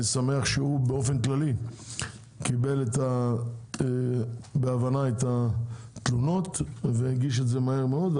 אני שמח שהוא באופן כללי קיבל בהבנה את התלונות והגיש את זה מהר מאוד.